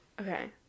Okay